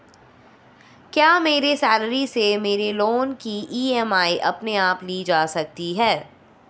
क्या मेरी सैलरी से मेरे लोंन की ई.एम.आई अपने आप ली जा सकती है?